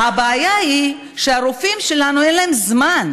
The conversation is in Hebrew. הבעיה היא שהרופאים שלנו,